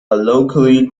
locally